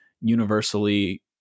universally